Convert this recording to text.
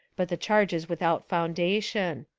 but the charge is with out foundation.